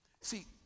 See